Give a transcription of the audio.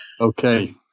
Okay